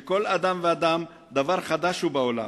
שכל אדם ואדם דבר חדש הוא בעולם,